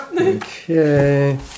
Okay